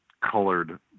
colored